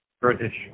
British